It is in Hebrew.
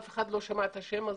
אף אחד לא שמע את השם הזה.